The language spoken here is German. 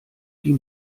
die